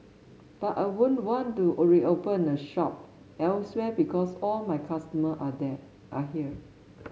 but I wouldn't want to reopen a shop elsewhere because all my customer are there are here